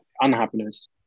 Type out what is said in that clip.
unhappiness